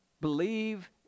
believe